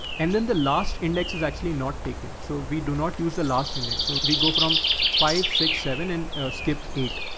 and then the last index is actually not taken. so we do not use the last year next. so we go from five, six, seven, and skip eight.